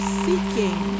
seeking